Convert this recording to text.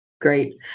Great